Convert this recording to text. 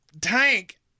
tank